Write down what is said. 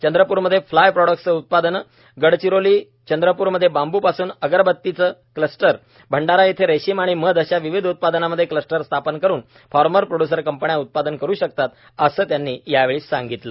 चंद्रप्रमध्ये fly ash प्रॉडक्टचे उत्पादने गडचिरोली चंद्रपूरमध्ये बांबू पासून अगरबत्तीचे क्लस्टर भंडारा येथे रेशीम आणि मध अशा विविध उत्पादनांमध्ये क्लस्टर स्थापन करून फार्मर प्रोड्युसर कंपन्या उत्पादन करु शकतात असे त्यांनी यावेळी सांगितलं